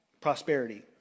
prosperity